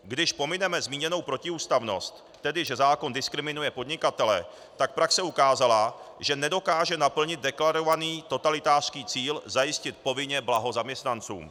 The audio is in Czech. Když pomineme zmíněnou protiústavnost, tedy že zákon diskriminuje podnikatele, tak praxe ukázala, že nedokáže naplnit deklarovaný totalitářský cíl zajistit povinně blaho zaměstnancům.